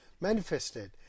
manifested